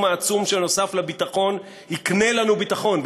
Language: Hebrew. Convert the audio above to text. העצום שנוסף לביטחון אכן יקנה לנו ביטחון,